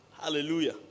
hallelujah